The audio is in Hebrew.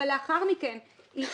אבל לאחר מכן זה